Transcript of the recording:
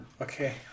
Okay